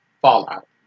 Fallout